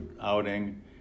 outing